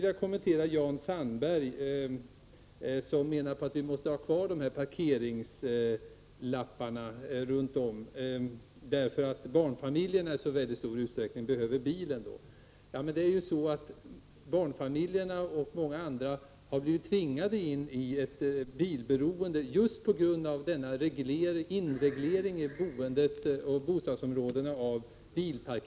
Jan Sandberg menar att vi måste ha kvar parkeringslapparna runt om, därför att barnfamiljerna i så stor utsträckning behöver bilen. Men barnfamiljerna och många andra har blivit tvingade in i ett bilberoende just på grund av denna inreglering av bilparkering i bostadsområdena.